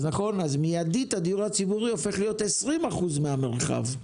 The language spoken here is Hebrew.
אז מידית הדיור הציבורי הופך להיות 20% מהמרחב.